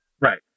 Right